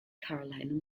caroline